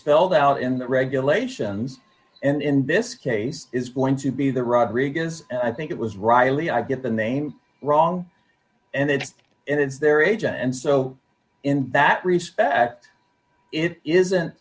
filled out in the regulations and in this case is going to be the rodriguez i think it was riley i get the name wrong and it is and it's their age and so in that respect it isn't